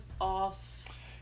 off